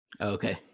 Okay